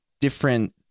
different